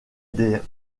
des